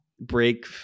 break